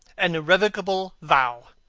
an irrevocable vow.